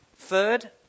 Third